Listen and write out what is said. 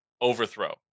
overthrow